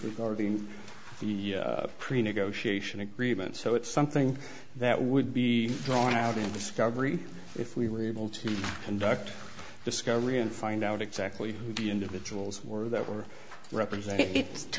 regarding the pre negotiation agreement so it's something that would be drawn out in discovery if we were able to conduct discovery and find out exactly who the individuals were that were represent